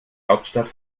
hauptstadt